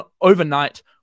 overnight